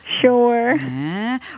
Sure